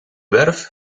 werf